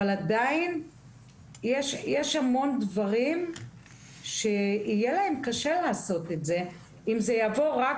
אבל עדיין יש המון דברים שיהיה לרשות קשה לעשות את זה אם זה יבוא רק